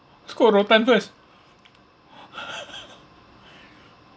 scold or rotan